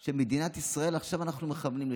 של מדינת ישראל עכשיו אנחנו מכוונים לשם.